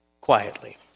quietly